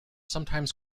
sometimes